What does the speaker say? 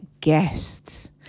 guests